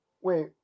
wait